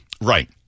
Right